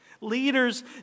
Leaders